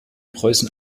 preußen